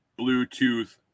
Bluetooth